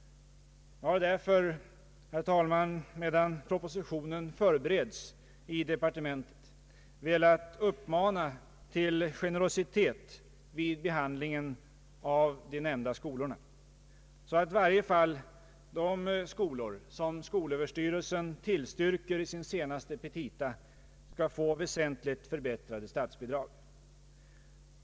Jag har därför, herr talman, medan propositionen förbereds i departementet velat uppmana till generositet vid behandlingen av de här skolorna, så att i varje fall de skolor för vilka skolöverstyrelsen tillstyrker anslag i sina senaste petita skall få väsentligt förbättrade statsbidrag.